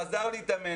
חזר להתאמן.